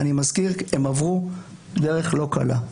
אני מזכיר, הם עברו דרך לא קלה,